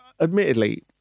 admittedly